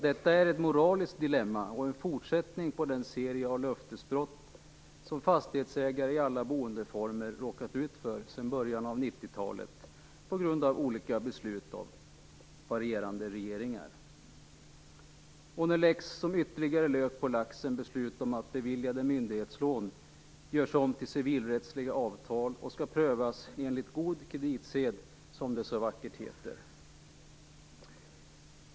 Detta är ett moraliskt dilemma och en fortsättning på den serie av löftesbrott som fastighetsägare i alla boendeformer har råkat ut för sedan början av 90-talet på grund av olika beslut av varierande regeringar. Nu kommer som ytterligare lök på laxen beslut om att beviljade myndighetslån görs om till civilrättsliga avtal, vilka skall prövas enligt god kreditsed, som det så vackert heter.